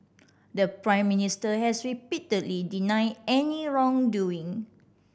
the Prime Minister has repeatedly denied any wrongdoing